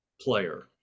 player